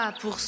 pour